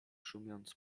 szumiąc